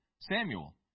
Samuel